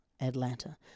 Atlanta